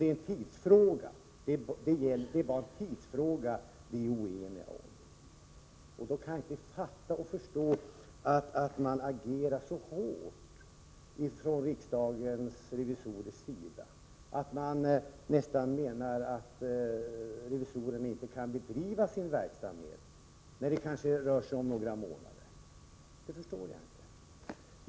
Det är alltså bara i tidsfrågan som vi är oeniga. Och då kan jag inte förstå att man agerar så hårt från riksdagens revisorers sida att man nästan säger att revisorerna inte kommer att kunna bedriva sin verksamhet. Det rör ju sig bara om några månader.